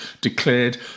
declared